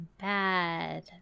bad